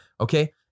Okay